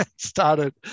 started